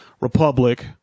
republic